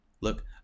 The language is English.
look